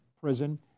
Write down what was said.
prison